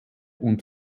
und